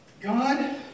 God